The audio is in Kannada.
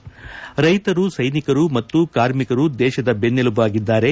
ರ್ಣೆತರು ಸೈನಿಕರು ಮತ್ತು ಕಾರ್ಮಿಕರು ದೇಶದ ಬೆನ್ನೆಲುಬಾಗಿದ್ದಾರೆ